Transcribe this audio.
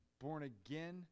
born-again